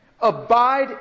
abide